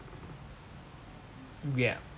yeah